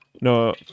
No